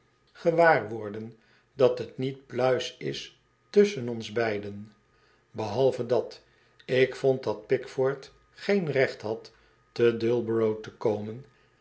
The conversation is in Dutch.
dat t niet pluis is tusschen ons beiden behalve dat ik vond dat pickford geen recht had te dullborough te komen